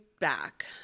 back